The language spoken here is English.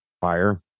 fire